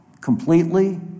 completely